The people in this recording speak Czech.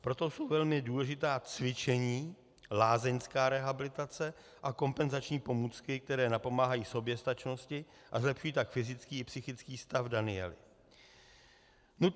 Proto jsou velmi důležitá cvičení, lázeňská rehabilitace a kompenzační pomůcky, které napomáhají soběstačnosti, a zlepšují tak fyzický i psychický stav Daniely.